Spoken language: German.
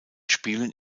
spielen